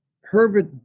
Herbert